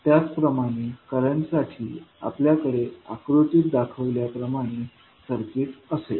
त्याचप्रमाणे करंटसाठी आपल्याकडे आकृतीत दाखविल्याप्रमाणे सर्किट असेल